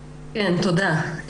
תודה.